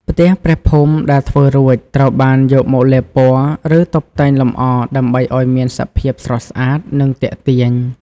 ផ្ទះព្រះភូមិដែលធ្វើរួច ត្រូវបានយកមកលាបពណ៌ ឬតុបតែងលម្អដើម្បីឲ្យមានសភាពស្រស់ស្អាត និងទាក់ទាញ។